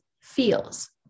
feels